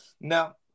Now